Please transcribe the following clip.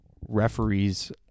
referees